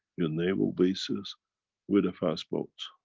your naval bases with the fast boats.